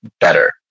better